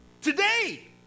Today